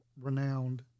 renowned